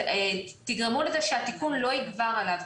תגרמו לזה שהתיקון לא יגבר עליו,